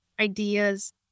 ideas